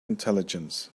intelligence